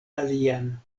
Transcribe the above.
alian